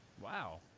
Wow